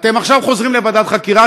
אתם עכשיו חוזרים לוועדת חקירה,